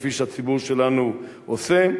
כפי שהציבור שלנו עושה,